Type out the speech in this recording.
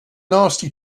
nasty